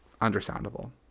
understandable